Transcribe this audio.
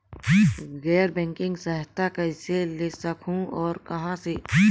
गैर बैंकिंग सहायता कइसे ले सकहुं और कहाँ से?